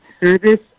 service